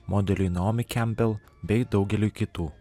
modeliui naomi kambel bei daugeliui kitų